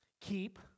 keep